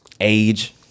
Age